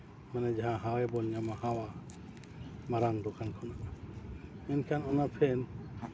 ᱚᱱᱟ ᱡᱟᱦᱟᱸ ᱦᱟᱣᱟᱭ ᱵᱚᱱ ᱧᱟᱢᱟ ᱦᱟᱣᱟ ᱢᱟᱨᱟᱝ ᱫᱳᱠᱟᱱ ᱠᱷᱚᱱᱟᱜ ᱢᱮᱱᱠᱷᱟᱱ ᱚᱱᱟ ᱯᱷᱮᱱ